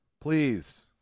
please